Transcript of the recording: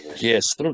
Yes